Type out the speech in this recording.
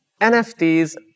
NFTs